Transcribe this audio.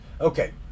Okay